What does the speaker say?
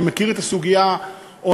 אני מכיר את הסוגיה און-ליין,